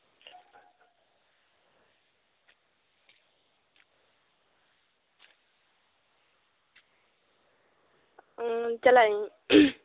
ᱪᱟᱞᱟᱜ ᱤᱧ